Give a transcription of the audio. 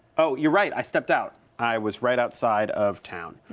oh, you're right, i stepped out. i was right outside of town.